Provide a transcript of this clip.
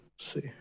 See